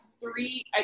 three